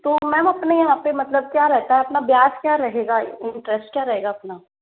तो मैम अपने यहाँ पे मतलब क्या रहता है अपना ब्याज क्या रहेगा इंट्रेस्ट क्या रहेगा अपना